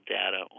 data